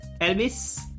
Elvis